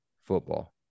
football